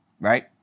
right